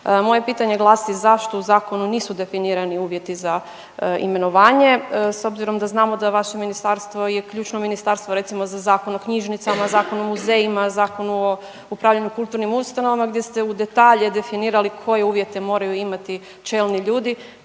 Moje pitanje glasi zašto u zakonu nisu definirani uvjeti za imenovanje s obzirom da vaše ministarstvo je ključno ministarstvo recimo za Zakon o knjižnicama, Zakon o muzejima, Zakon o upravljanju kulturnim ustanovama gdje ste u detalje definirali koje uvjete moraju imati čelni ljudi,